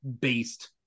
based